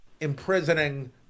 imprisoning